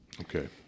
Okay